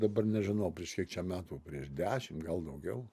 dabar nežinau prieš kiek čia metų prieš dešim gal daugiau